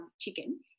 chicken